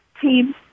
team